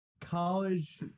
college